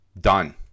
done